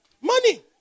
Money